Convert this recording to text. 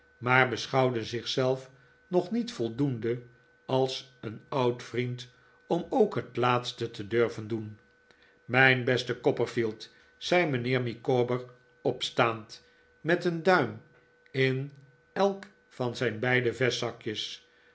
maar beschouwde zich zelf nog niet voldoende als een oud vriend om ook het laatste te durven doen mijn beste copperfield zei mijnheer micawber opstaand met een duim in elk van zijn beide